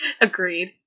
Agreed